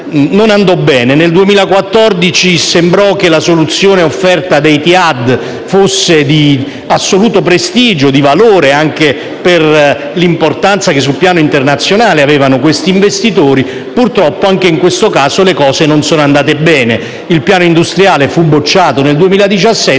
non andò bene. Nel 2014 sembrò che la soluzione offerta da Etihad fosse di assoluto prestigio e valore, anche per l'importanza che sul piano internazionale avevano quegli investitori. Purtroppo, anche in questo caso, le cose non sono andate bene. Il piano industriale fu bocciato nel 2017